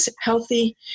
healthy